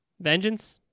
vengeance